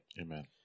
amen